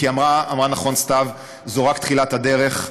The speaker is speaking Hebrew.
כי אמרה נכון סתיו: זו רק תחילת הדרך.